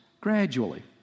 gradually